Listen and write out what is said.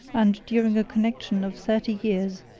and during a connection of thirty years,